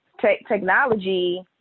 Technology